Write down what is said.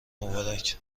مبارک